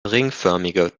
ringförmige